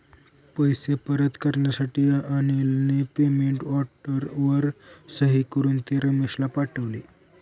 पैसे परत करण्यासाठी अनिलने पेमेंट वॉरंटवर सही करून ते रमेशला पाठवले